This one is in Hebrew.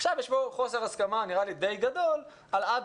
עכשיו יש כאן חוסר הסכמה די גדול על עד